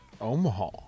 Omaha